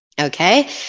Okay